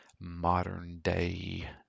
modern-day